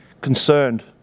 concerned